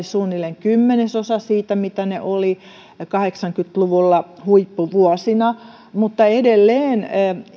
suunnilleen kymmenesosa siitä mitä ne olivat kahdeksankymmentä luvulla huippuvuosina mutta edelleen